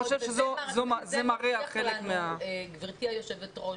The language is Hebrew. גבירתי היושבת-ראש,